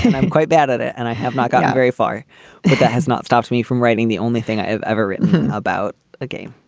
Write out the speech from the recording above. and i'm quite bad at it. and i have not gotten very far. that has not stopped me from writing. the only thing i've ever written about the ah game.